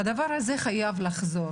והדבר הזה צריך לחזור